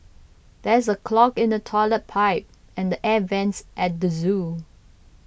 there is a clog in the Toilet Pipe and the Air Vents at the zoo